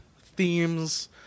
themes